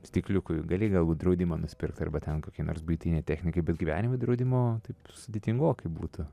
stikliukui gali galbūt draudimą nusipirkt arba ten kokiai nors buitinei technikai bet gyvenimui draudimo taip sudėtingokai būtų